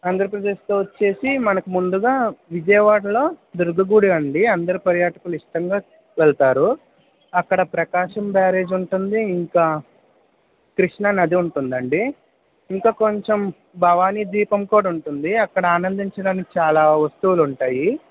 ఆంధ్రప్రదేశ్లో వచ్చి మనకి ముందుగా విజయవాడలో దుర్గ గుడి అండి అందరు పర్యాటకులు ఇష్టంగా వెళ్తారు అక్కడ ప్రకాశం బ్యారేజ్ ఉంటుంది ఇంకా కృష్ణ నది ఉంటుంది అండి ఇంకా కొంచెం భవాని ద్వీపం కూడా ఉంటుంది అక్కడ ఆనందించడానికి చాలా వస్తువులు ఉంటాయి